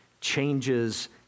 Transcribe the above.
changes